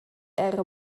era